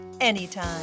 Anytime